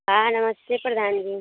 हाँ नमस्ते प्रधान जी